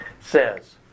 says